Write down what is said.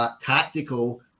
Tactical